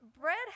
Bread